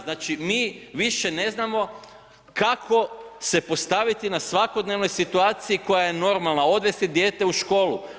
Znači mi više ne znamo kako se postaviti na svakodnevnoj situaciji koja je normalna, odvesti dijete u školu.